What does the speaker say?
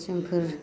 जोंफोर